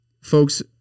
folks